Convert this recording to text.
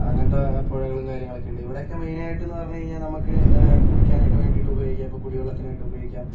അങ്ങനത്തെ പുഴകളും കാര്യങ്ങളുമൊക്കെയുണ്ട് ഇവിടെയൊക്കെ മെയ്നായിട്ടെന്ന് പറഞ്ഞുകഴിഞ്ഞാൽ നമുക്ക് കുളിക്കാനൊക്കെ വേണ്ടിയിട്ട് ഉപയോഗിക്കാം ഇപ്പോൾ കുടിവെള്ളത്തിനായിട്ട് ഉപയോഗിക്കാം